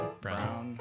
Brown